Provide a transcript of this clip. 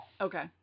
Okay